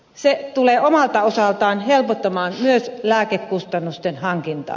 se tulee omalta osaltaan helpottamaan myös lääkkeiden hankintaa